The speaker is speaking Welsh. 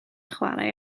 chwarae